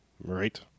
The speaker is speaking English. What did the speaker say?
Right